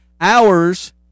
Hours